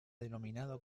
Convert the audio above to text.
denominado